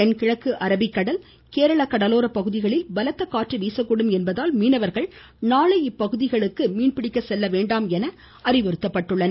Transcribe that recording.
தென்கிழக்கு அரபிக்கடல் கேரள கடலோரப் பகுதிகளில் பலத்த காற்று வீசக்கூடும் என்பதால் மீனவர்கள் நாளை இப்பகுதிகளுக்கு மீன்பிடிக்க செல்ல வேண்டாம் என்று அறிவுறுத்தப்பட்டுள்ளனர்